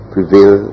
Prevail